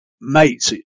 mates